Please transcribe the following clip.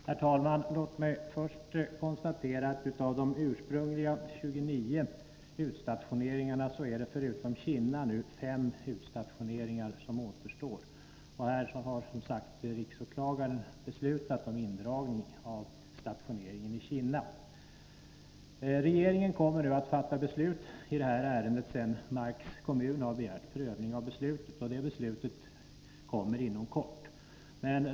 Herr talman! Låt mig först konstatera att det av de ursprungligen 29 utstationeringarna nu återstår 5 förutom Kinna. Riksåklagaren har som sagt beslutat om en indragning av stationeringen i Kinna. Regeringen kommer inom kort att fatta ett beslut i det här ärendet sedan Marks kommun begärt prövning av riksåklagarens beslut.